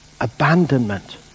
abandonment